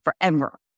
forever